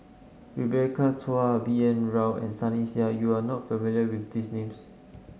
Rebecca Chua B N Rao and Sunny Sia you are not familiar with these names